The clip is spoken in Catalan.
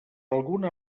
alguna